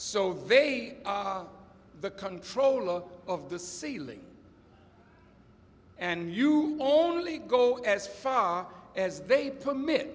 so they the controller of the ceiling and you only go as far as they permit